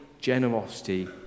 generosity